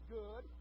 good